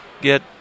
get